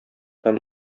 һәм